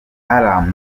alarm